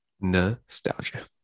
nostalgia